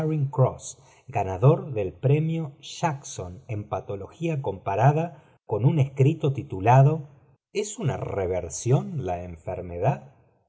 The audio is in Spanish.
del premio jackson en patología comparada con up escrito titulado es una reversión la enfermedad